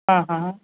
હા હા